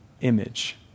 image